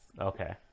Okay